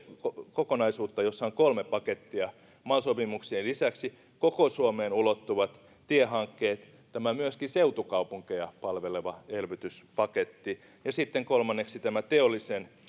kokonaisuutta jossa on kolme pakettia mal sopimuksien lisäksi koko suomeen ulottuvat tiehankkeet myöskin tämä seutukaupunkeja palveleva elvytyspaketti ja kolmanneksi tämä teollisen